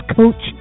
coach